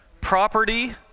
property